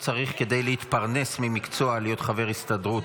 כדי להתפרנס ממקצוע אתה לא צריך להיות חבר הסתדרות,